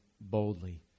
boldly